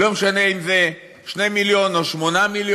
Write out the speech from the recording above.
ולא משנה אם זה 2 מיליון או 8 מיליון,